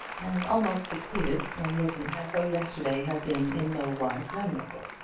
and almost succeeded in looking as though yesterday had been in no wise memorable.